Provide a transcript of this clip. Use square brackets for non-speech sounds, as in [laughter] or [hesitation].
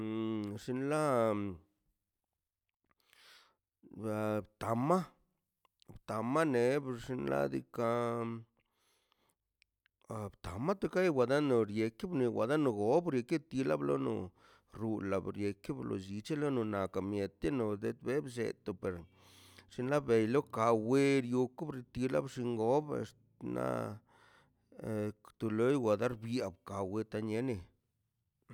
Um xinla, da tama, tama bneb xinladika, [hesitation] tuwona lona logo la brika tielo na brano rula brieto lo llichi lono la ka mieti no lo det blle to per xin lo belo ka a werio kubritio na bxo obex na tu loi wa dar bia ka weta niene